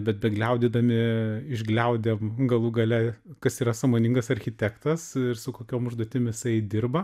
bet begliaudydami išgliaudėm galų gale kas yra sąmoningas architektas ir su kokiom užduotim jisai dirba